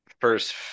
First